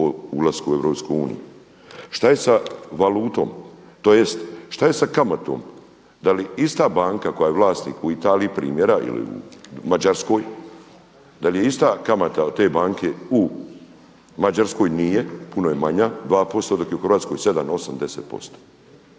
o ulasku u EU. Šta je sa valutom, tj. šta je sa kamatom? Da li ista banka koja je vlasnik u Italiji, primjera ili u Mađarskoj, da li je ista kamata od te banke u Mađarskoj? Nije, puno je manja, 2% dok je u Hrvatskoj 7, 8,